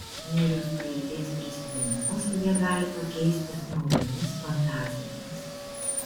niūrius praeities prisiminimus jie gali pakeisti naujomis fantazijomis